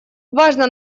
важно